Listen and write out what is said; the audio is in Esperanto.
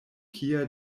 kia